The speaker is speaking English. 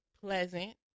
pleasant